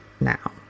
now